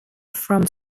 from